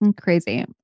Crazy